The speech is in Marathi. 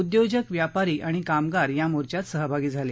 उद्योजक व्यापारी आणि कामगार या मोर्च्यात सहभागी झाले